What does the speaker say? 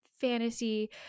fantasy